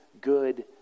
good